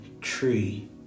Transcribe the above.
tree